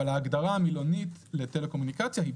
אבל ההגדרה המילונית לטלקומוניקציה היא